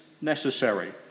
necessary